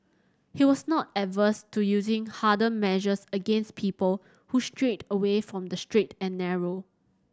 he was not averse to using harder measures against people who strayed away from the straight and narrow